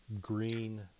green